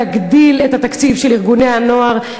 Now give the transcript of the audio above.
להגדיל את התקציב של ארגוני הנוער,